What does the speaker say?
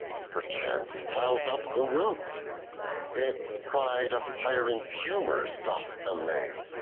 perchance ploughs up the root it pride of tyrants' humors doth allay,